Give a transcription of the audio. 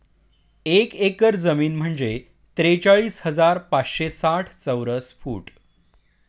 एक एकर जमीन म्हणजे त्रेचाळीस हजार पाचशे साठ चौरस फूट